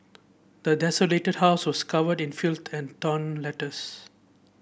the desolated house was covered in filth and torn letters